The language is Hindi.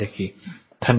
Thank you धन्यवाद